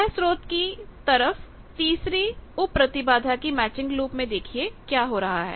वह स्रोत की तरफ तीसरीउप प्रतिबाधा की मैचिंग लूप में देखिए क्या हो रहा है